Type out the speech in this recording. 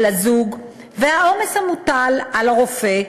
על הזוג והעומס המוטל על הרופא,